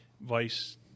vice –